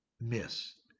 miss